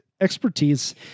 expertise